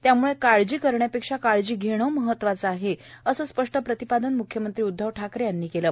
त्यामुळे काळजी करण्यापेक्षा काळजी घेणे महत्वाचे आहे असे स्पष्ट प्रतिपादन म्ख्यमंत्री उद्धव ठाकरे यांनी केलं